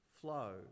flow